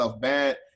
bad